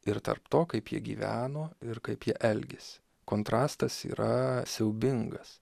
ir tarp to kaip jie gyveno ir kaip jie elgėsi kontrastas yra siaubingas